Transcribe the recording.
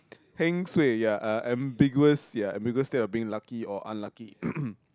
heng suay ya uh ambiguous ya ambiguous state of being lucky or unlucky